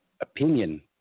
opinion